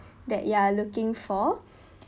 that you are looking for